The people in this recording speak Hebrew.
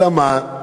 אלא מה?